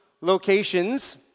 locations